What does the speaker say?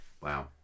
Wow